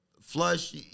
Flush